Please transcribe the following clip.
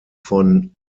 von